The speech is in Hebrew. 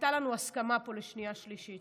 הייתה לנו הסכמה פה לשנייה ושלישית,